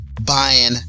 buying